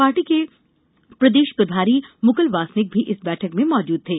party के प्रदेश प्रभारी मुकुल वासनिक भी इस बैठक में मौजूद थे